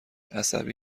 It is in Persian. عصبی